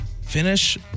finish